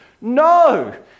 No